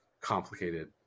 complicated